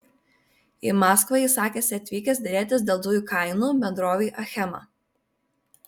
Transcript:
į maskvą jis sakėsi atvykęs derėtis dėl dujų kainų bendrovei achema